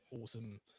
awesome